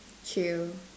chill